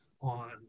on